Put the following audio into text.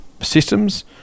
systems